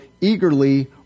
eagerly